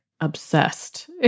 obsessed